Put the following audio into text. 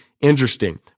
interesting